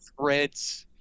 threads